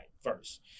first